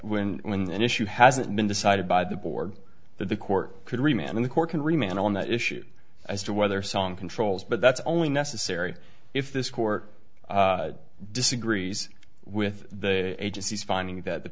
that issue hasn't been decided by the board that the court could remain on the court can remain on that issue as to whether song controls but that's only necessary if this court disagrees with the agency's finding that the